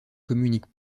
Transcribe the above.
communique